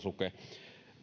lukee